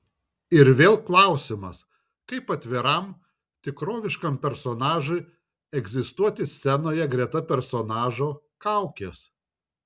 ir vėl klausimas kaip atviram tikroviškam personažui egzistuoti scenoje greta personažo kaukės